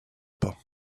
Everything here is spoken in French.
pas